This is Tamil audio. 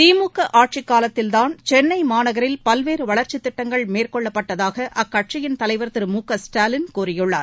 திமுக ஆட்சிக்காலத்தில் தான் சென்னை மாநகரில் பல்வேறு வளர்ச்சித் திட்டங்கள் மேற்கொள்ளப்பட்டதாக அக்கட்சியின் தலைவர் திரு மு க ஸ்டாலின் கூறியுள்ளார்